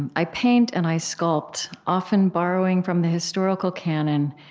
and i paint and i sculpt, often borrowing from the historical canon,